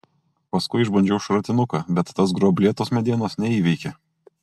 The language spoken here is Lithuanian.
paskui išbandžiau šratinuką bet tas gruoblėtos medienos neįveikė